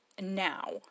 now